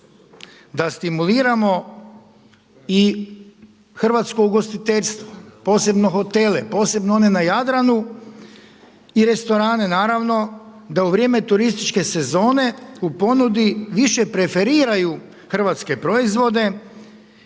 da stimuliramo i hrvatsko ugostiteljstvo, posebno hotele, posebno one na Jadranu i restorane naravno, da u vrijeme turističke sezone u ponudi više preferiraju hrvatske proizvode